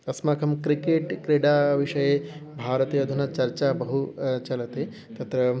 अस्माकं क्रिकेट् क्रीडाविषये भरतीयतन चर्चा बहु चलति तत्र